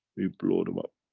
we blow them up,